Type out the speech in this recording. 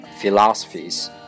philosophies